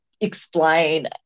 explain